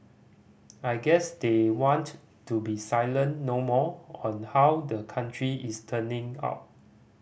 I guess they want to be silent no more on how the country is turning out